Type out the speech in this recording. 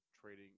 Trading